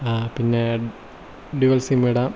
പിന്നെ dual SIM ഇടാം